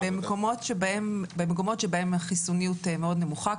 במקומות שבהם החיסוניות מאוד נמוכה,